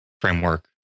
framework